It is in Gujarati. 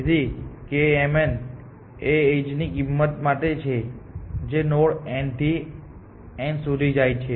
તેથી kmn એ એજ ની કિંમત માટે છે જે નોડ્સ n થી n સુધી જાય છે